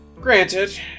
granted